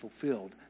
fulfilled